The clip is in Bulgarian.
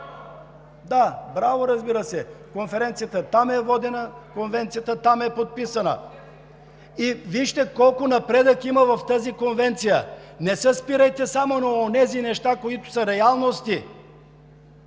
Да, браво, разбира се. Конференцията там е водена, Конвенцията там е подписана и вижте колко напредък има в тази конвенция. Не се спирайте само на онези неща, които са реалности.